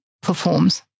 performs